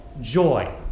joy